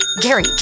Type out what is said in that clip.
Gary